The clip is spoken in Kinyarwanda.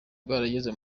bwarageze